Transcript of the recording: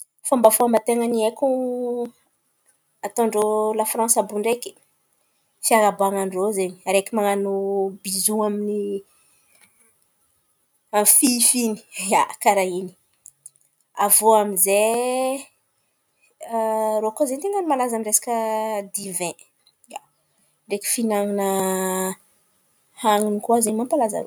Fombafomba ten̈a ny haiko ataon-drô la Fransa àby iô ndraiky, fiarahaban-drô ze araiky man̈ano bizoa amin’ny fify in̈y, ia, karà iny. Avô aminjay irô koa zen̈y ten̈a ny malaza amin’ny resaka divain. Ia, araiky fihinan̈ana an̈y in̈y koa zen̈y ten̈a mampalaza rô.